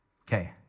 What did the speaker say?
Okay